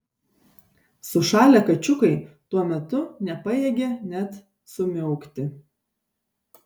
sušalę kačiukai tuo metu nepajėgė net sumiaukti